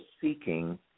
seeking